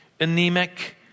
anemic